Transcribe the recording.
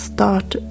Start